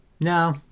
no